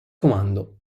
comando